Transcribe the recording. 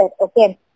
okay